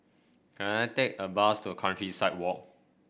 can I take a bus to Countryside Walk